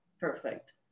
perfect